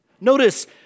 Notice